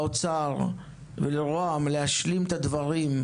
משרד האוצר ולמשרד ראש הממשלה להשלים את הדברים,